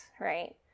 right